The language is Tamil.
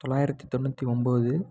தொள்ளாயிரத்து தொண்ணூற்றி ஒம்பது